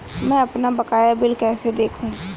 मैं अपना बकाया बिल कैसे देखूं?